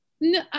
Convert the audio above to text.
no